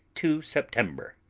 two september.